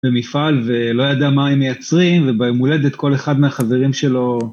ומפעל ולא ידע מה הם מייצרים וביומולדת כל אחד מהחברים שלו.